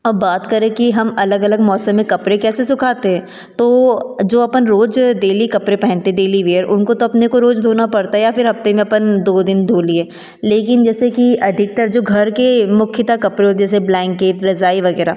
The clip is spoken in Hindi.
अब बात करें कि हम अलग अलग मौसम में कपड़े कैसे सुखाते हैं तो जो अपन रोज डेली कपड़े पहनते हैं डेली वीयर उनको तो अपने को रोज़ धोना पड़ता है या फिर हफ्ते में अपन दो दिन धो लिये लेकिन जैसे कि अधिकतर जो घर के मुख्यतः कपड़े होते हैं जैसे ब्लैंकेट रजाई वगैरह